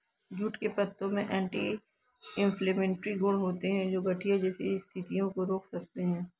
jute के पत्तों में एंटी इंफ्लेमेटरी गुण होते हैं, जो गठिया जैसी स्थितियों को रोक सकते हैं